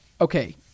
okay